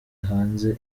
hanze